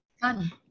fun